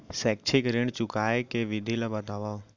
शैक्षिक ऋण चुकाए के विधि ला बतावव